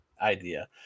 idea